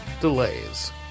delays